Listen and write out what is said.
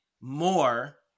more